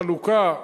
החלוקה,